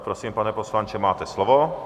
Prosím, pane poslanče, máte slovo.